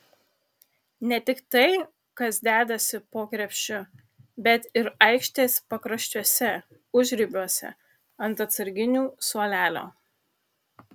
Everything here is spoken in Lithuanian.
ne tik tai kas dedasi po krepšiu bet ir aikštės pakraščiuose užribiuose ant atsarginių suolelio